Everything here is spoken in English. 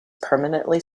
permanently